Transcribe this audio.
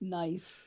nice